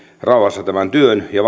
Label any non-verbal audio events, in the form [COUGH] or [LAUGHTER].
rauhassa tämän työn ja [UNINTELLIGIBLE]